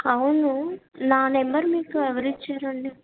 అవును నా నెంబర్ మీకు ఎవరు ఇచ్చారండి